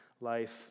life